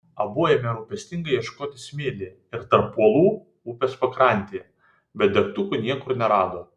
abu ėmė rūpestingai ieškoti smėlyje ir tarp uolų upės pakrantėje bet degtukų niekur nerado